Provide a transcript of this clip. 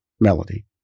Melody